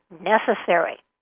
necessary